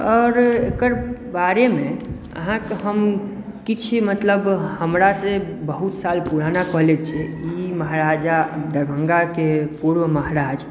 आओर एकरा बारेमे अहाँके हम किछु मतलब हमरासॅं बहुत साल पुराना कॉलेज छै ई महाराजा दरभङ्गाके पूर्व महाराज